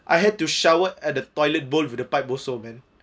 I had to shower at the toilet bowl with the pipe man